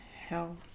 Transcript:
hell